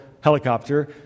helicopter